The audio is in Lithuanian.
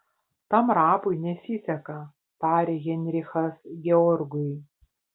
tam rapui nesiseka tarė heinrichas georgui